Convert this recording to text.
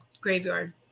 Graveyard